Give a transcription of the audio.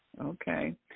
Okay